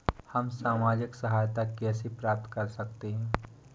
हम सामाजिक सहायता कैसे प्राप्त कर सकते हैं?